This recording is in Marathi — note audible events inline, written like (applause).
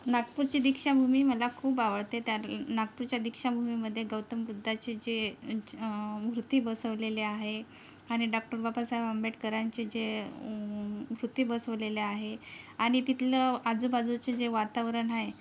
नागपूरची दीक्षाभूमी मला खूप आवडते त्या नागपूरच्या दीक्षाभूमीमध्ये गौतम बुद्धाची जे मूर्ती बसवलेले आहे आणि डॉक्टर बाबासाहेब आंबेडकरांची जे (unintelligible) बसवलेले आहे आणि तिथलं आजूबाजूचं जे वातावरण आहे